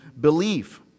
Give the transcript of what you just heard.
believe